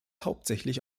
hauptsächlich